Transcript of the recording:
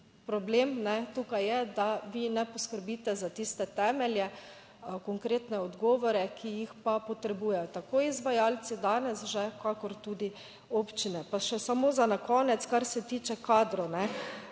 problem tukaj je, da vi ne poskrbite za tiste temelje, konkretne odgovore, ki jih pa potrebujejo tako izvajalci danes že, kakor tudi občine. Pa še samo za konec, kar se tiče kadrov.